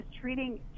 treating